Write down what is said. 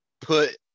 put